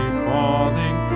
falling